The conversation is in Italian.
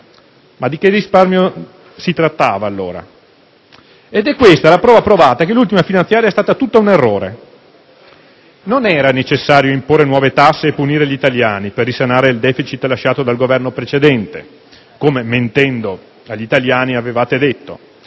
Ma di che risparmio si trattava allora? E' questa la prova provata che l'ultima finanziaria è stata tutta un errore. Non era necessario imporre nuove tasse e punire gli italiani per risanare il *deficit* lasciato dal Governo precedente come, mentendo agli italiani, avevate detto,